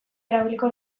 erabiliko